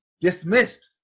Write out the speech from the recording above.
dismissed